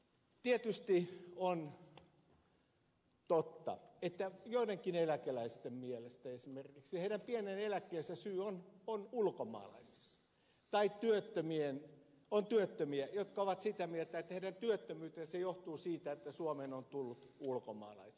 tietysti on totta että joidenkin eläkeläisten mielestä esimerkiksi heidän pienen eläkkeensä syy on ulkomaalaisissa tai on työttömiä jotka ovat sitä mieltä että heidän työttömyytensä johtuu siitä että suomeen on tullut ulkomaalaisia